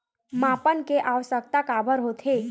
मापन के आवश्कता काबर होथे?